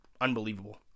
unbelievable